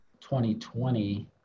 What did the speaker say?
2020